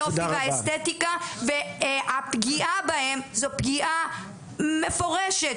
היופי והאסתטיקה והפגיעה בהם זו פגיעה מפורשת